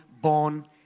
born